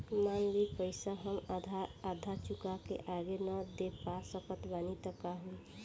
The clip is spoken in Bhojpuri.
मान ली पईसा हम आधा चुका के आगे न दे पा सकत बानी त का होई?